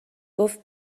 گفت